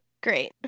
Great